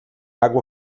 água